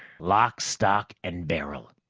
lock, stock and barrel.